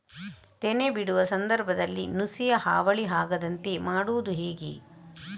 ತೆನೆ ಬಿಡುವ ಸಂದರ್ಭದಲ್ಲಿ ನುಸಿಯ ಹಾವಳಿ ಆಗದಂತೆ ಮಾಡುವುದು ಹೇಗೆ?